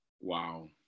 Wow